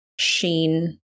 sheen